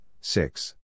six